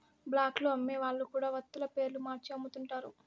black లో అమ్మే వాళ్ళు కూడా వత్తుల పేర్లు మార్చి అమ్ముతుంటారు